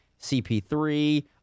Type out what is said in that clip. CP3